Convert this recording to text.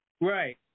Right